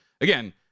again